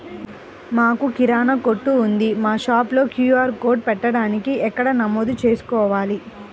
మాకు కిరాణా కొట్టు ఉంది మా షాప్లో క్యూ.ఆర్ కోడ్ పెట్టడానికి ఎక్కడ నమోదు చేసుకోవాలీ?